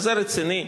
זה רציני?